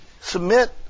submit